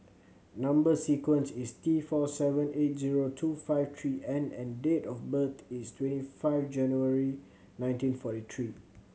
number sequence is T four seven eight zero two five three N and date of birth is twenty five January nineteen forty three